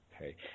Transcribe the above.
Okay